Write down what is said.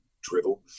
drivel